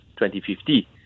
2050